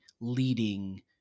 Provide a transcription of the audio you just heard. leading